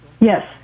Yes